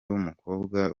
w’umukobwa